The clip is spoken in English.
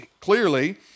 clearly